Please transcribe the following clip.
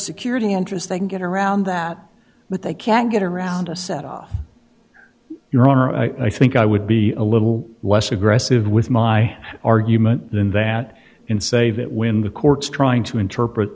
security interest they can get around that but they can't get around a set off your honor i think i would be a little less aggressive with my argument than that in say that when the courts trying to interpret